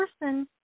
person